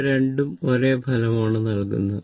ഇവ രണ്ടും ഒരേ ഫലം ആണ് നൽകുന്നത്